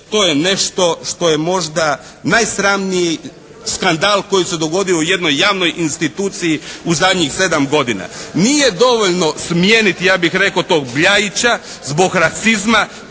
to je nešto što je možda najsramniji skandal koji se je dogodio u jednoj instituciji u zadnjih 7 godina. Nije dovoljno smijeniti ja bih rekao tog Bljajića zbog rasizma.